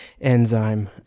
enzyme